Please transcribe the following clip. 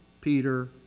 Peter